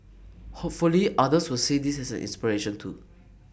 hopefully others will see this as an inspiration too